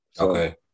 Okay